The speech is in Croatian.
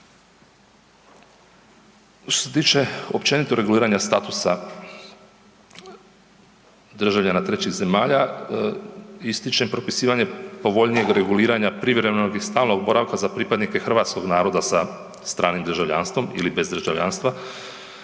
se tiče općenito reguliranja statusa državljana trećih zemalja ističem propisivanje povoljnijeg reguliranja privremenog i stalnog boravka za pripadnike hrvatskog naroda sa stranim državljanstvom ili bez državljanstva.